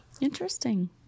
Interesting